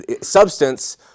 Substance